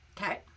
Okay